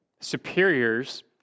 superiors